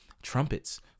Trumpets